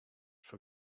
for